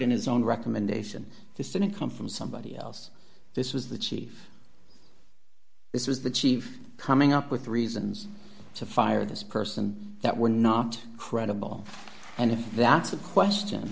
in his own recommendation this didn't come from somebody else this was the chief this was the chief coming up with reasons to fire this person that we're not credible and if that's a question